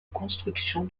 construction